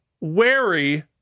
wary